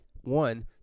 One